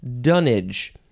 dunnage